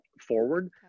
forward